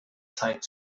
zeit